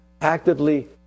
actively